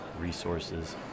resources